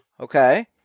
Okay